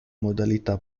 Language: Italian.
modalità